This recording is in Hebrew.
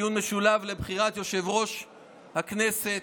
דיון משולב לבחירת יושב-ראש הכנסת.